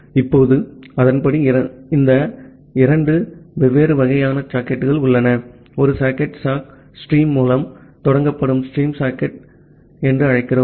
இப்போது அதன்படி இந்த இரண்டு வெவ்வேறு வகையான சாக்கெட்டுகள் உள்ளன ஒரு சாக்கெட் சாக் ஸ்ட்ரீம் மூலம் தொடங்கப்படும் ஸ்ட்ரீம் சாக்கெட் என்று அழைக்கிறோம்